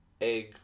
egg